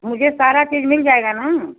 मुझे सारा चीज मिल जाएगा ना